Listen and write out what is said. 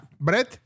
Bread